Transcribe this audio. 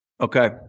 Okay